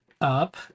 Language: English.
up